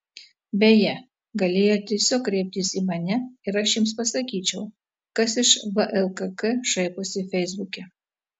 beje galėjo tiesiog kreiptis į mane ir aš jiems pasakyčiau kas iš vlkk šaiposi feisbuke